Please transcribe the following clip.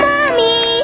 Mommy